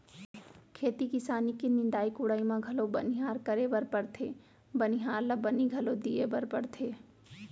खेती किसानी के निंदाई कोड़ाई म घलौ बनिहार करे बर परथे बनिहार ल बनी घलौ दिये बर परथे